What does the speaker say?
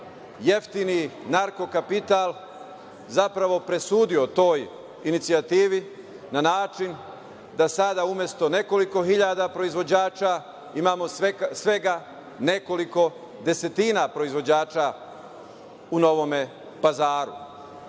jeftini narko kapital, zapravo presudio toj inicijativi na način da sada umesto nekoliko hiljada proizvođača, imamo svega nekoliko desetina proizvođača u Novom Pazaru.